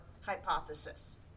hypothesis